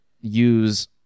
use